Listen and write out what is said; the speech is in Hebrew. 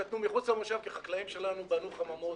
הם קטנו מחוץ למושב כי החקלאים שלנו בנו חממות